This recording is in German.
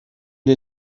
den